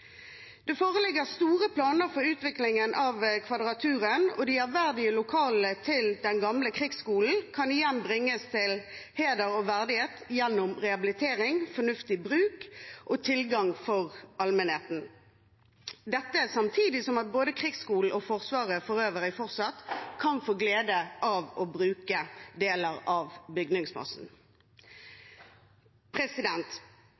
Det foreligger store planer for utviklingen av Kvadraturen. De ærverdige lokalene til den gamle krigsskolen kan igjen bringes til heder og verdighet gjennom rehabilitering, fornuftig bruk og tilgang for allmennheten, dette samtidig som både Krigsskolen og Forsvaret for øvrig fortsatt kan få gleden av å bruke deler av bygningsmassen.